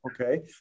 Okay